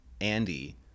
Andy